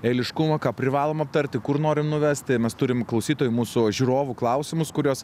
eiliškumą ką privalom aptarti kur norim nuvesti mes turim klausytojų mūsų žiūrovų klausimus kuriuos